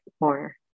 more